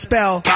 Spell